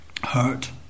hurt